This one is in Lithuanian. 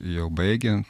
jau baigia